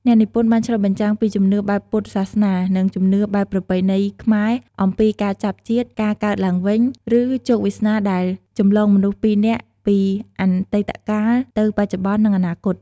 អ្នកនិពន្ធបានឆ្លុះបញ្ចាំងពីជំនឿបែបពុទ្ធសាសនា នឹងជំនឿបែបប្រពៃណីខ្មែរអំពីការចាប់ជាតិ ការកើតឡើងវិញ ឬជោគវាសនាដែលចម្លងមនុស្សពីរនាក់ពីអតីតកាលទៅបច្ចុប្បន្ន និងអនាគត ។